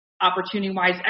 Opportunity-wise